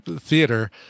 theater